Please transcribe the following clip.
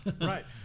Right